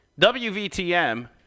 WVTM